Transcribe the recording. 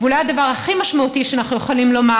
אולי הדבר הכי משמעותי שאנחנו יכולים לומר: